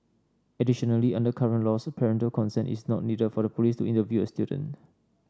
additionally under current laws parental consent is not needed for the police to interview a student